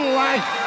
life